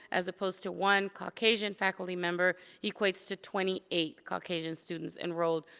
as opposed to one caucasian faculty member equates to twenty eight caucasian students enrolled.